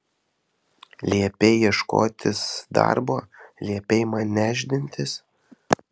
liepei ieškotis darbo liepei man nešdintis